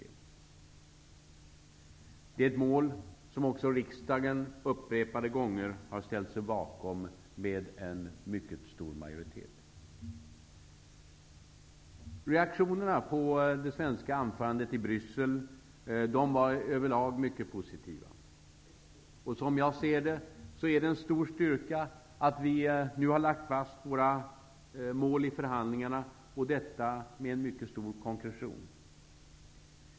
Det är ett mål som också riksdagen upprepade gånger har ställt sig bakom med en mycket stor majoritet. Reaktionerna på det svenska anförandet i Bryssel var överlag mycket positiva. Som jag ser det är det en stor styrka att vi nu har lagt fast våra mål i förhandlingarna, och detta med mycket stor konkretion.